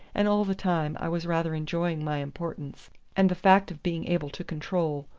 and all the time i was rather enjoying my importance and the fact of being able to control,